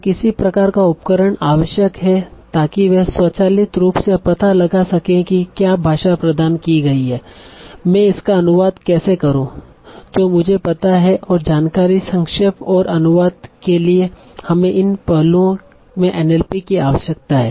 तो किसी प्रकार का उपकरण आवश्यक हैं ताकि वे स्वचालित रूप से यह पता लगा सकें कि क्या भाषा प्रदान की गई है मैं इसका अनुवाद कैसे करूं जो मुझे पता है और जानकारी संक्षेप और अनुवाद के लिए हमें इन सभी पहलुओं में एनएलपी की आवश्यकता है